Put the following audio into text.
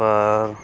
ਪਰ